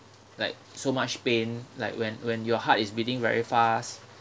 like so much pain like when when your heart is beating very fast